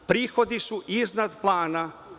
Prihodi su iznad plana.